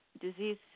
disease